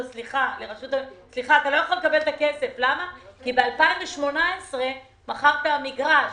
אמרו לו: אתה לא יכול לקבל את הכסף כי ב-2018 מכרת מגרש.